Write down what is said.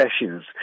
sessions